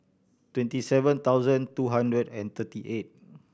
twenty seven thousand two hundred and thirty eight